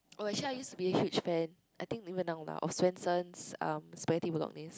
oh I actually I used to be a huge fan I think even now lah of Swensen's spaghetti bolognese